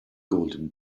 golden